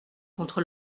contre